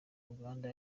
uganda